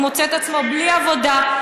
הוא מוצא את עצמו בלי עבודה,